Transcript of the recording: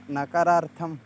नकरार्थं